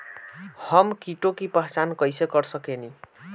हम कीटों की पहचान कईसे कर सकेनी?